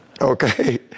Okay